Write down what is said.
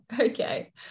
Okay